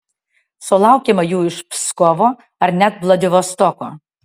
sulaukiama jų iš pskovo ar net vladivostoko